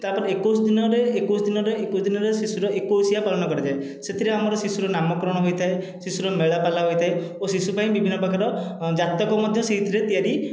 ତା'ପରେ ଏକୋଇଶ ଦିନରେ ଏକୋଇଶ ଦିନରେ ଏକୋଇଶ ଦିନରେ ଶିଶୁର ଏକୋଇଶା ପାଳନ କରାଯାଏ ସେଥିରେ ଆମର ଶିଶୁର ନାମକରଣ ହୋଇଥାଏ ଶିଶୁର ମେଳା ପାଲା ହୋଇଥାଏ ଓ ଶିଶୁ ପାଇଁ ବିଭିନ୍ନ ପ୍ରକାର ଜାତକ ମଧ୍ୟ ସେହିଥିରେ ତିଆରି